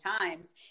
times